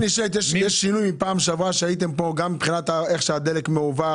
שינוי מהפעם האחרונה שהייתם פה מבחינת איך שהדלק מועבר,